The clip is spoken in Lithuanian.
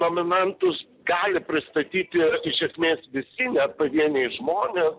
nominantus gali pristatyti iš esmės visi net pavieniai žmonės